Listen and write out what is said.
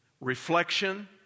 reflection